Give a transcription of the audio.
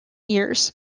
years